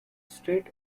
state